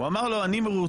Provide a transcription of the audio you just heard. הוא אמר לו כך,